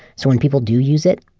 so when people do use it,